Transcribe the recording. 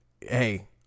Hey